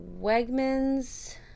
Wegmans